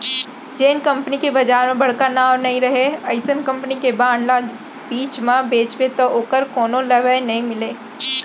जेन कंपनी के बजार म बड़का नांव नइ रहय अइसन कंपनी के बांड ल बीच म बेचबे तौ ओकर कोनो लेवाल नइ मिलय